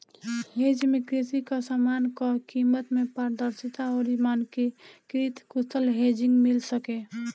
hedge में कृषि कअ समान कअ कीमत में पारदर्शिता अउरी मानकीकृत कुशल हेजिंग मिल सके